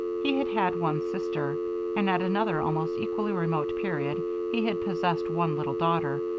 he had had one sister and at another almost equally remote period he had possessed one little daughter,